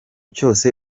cyose